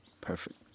Perfect